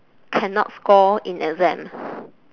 cannot score in exam